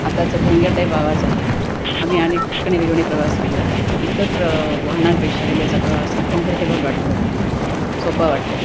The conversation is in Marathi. आत्ताचा भोंग्या टाईप आवाज आहे आम्ही अनेक ठिकाणी रेल्वेनी प्रवास केला इतर प्र वाहनांपेक्षा रेल्वेचा प्रवास हा कम्फर्टेबल वाटतो सोपा वाटतो